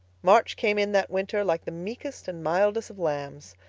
march came in that winter like the meekest and mildest of lambs,